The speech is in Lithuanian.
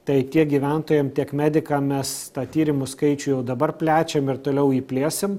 tai tiek gyventojam tiek medikam mes tą tyrimų skaičių jau dabar plečiam ir toliau plėsim